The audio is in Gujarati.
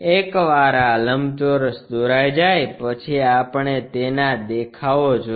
એકવાર આ લંબચોરસ દોરાઈ જાય પછી આપણે તેના દેખાવો જોઈએ